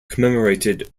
commemorated